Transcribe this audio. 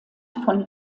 von